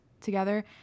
together